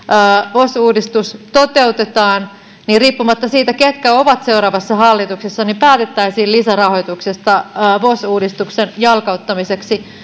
vos uudistus toteutetaan niin riippumatta siitä ketkä ovat seuraavassa hallituksessa päätettäisiin lisärahoituksesta vos uudistuksen jalkauttamiseksi